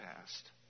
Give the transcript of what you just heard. past